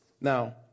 Now